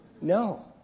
No